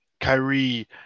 Kyrie